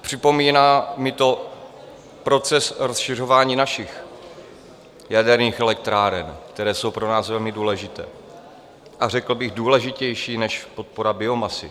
Připomíná mi to proces rozšiřování našich jaderných elektráren, které jsou pro nás velmi důležité, a řekl bych důležitější než podpora biomasy.